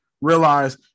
realize